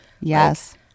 yes